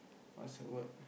what's the word